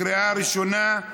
לקריאה ראשונה.